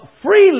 Freely